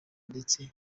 ndetse